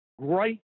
great